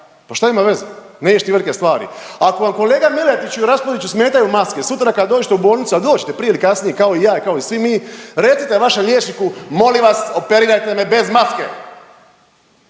pa šta ima veze neš ti velike stvari, a kao vam kolega Miletiću i Raspudiću smetaju maske sutra kad dođete u bolnicu, a doć ćete prije ili kasnije kao i ja kao i svi mi recite vašem liječniku molim vas operirajte me bez maske,